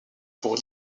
pour